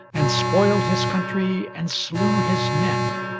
and spoiled his country, and slew his men.